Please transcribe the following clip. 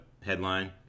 headline